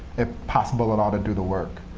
if possible at all, to do the work.